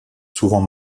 souvent